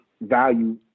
value